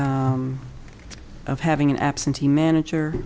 of having an absentee manager